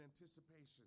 anticipation